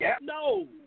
no